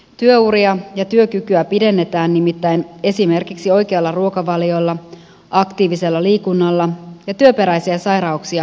työuria ja työkykyä pidennetään nimittäin esimerkiksi oikealla ruokavaliolla aktiivisella liikunnalla ja työperäisiä sairauksia ehkäisemällä